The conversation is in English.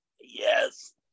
Yes